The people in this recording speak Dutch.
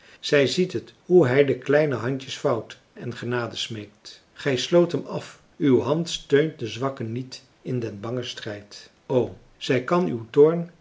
zij ziet het hoe hij de kleine handjes vouwt en genade smeekt gij stoot hem af uw hand steunt de zwakke niet in den bangen strijd o zij kan uw toorn